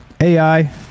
ai